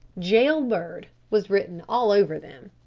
jail-bird was written all over them.